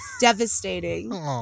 devastating